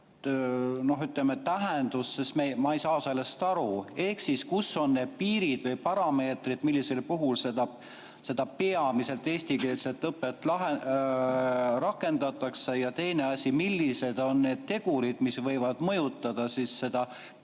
ütleme, tähendus, sest ma ei saa sellest aru. Ehk siis, kus on need piirid või parameetrid, millisel puhul seda peamiselt eestikeelset õpet rakendatakse? Ja teine asi: millised on need tegurid, mis võivad mõjutada seda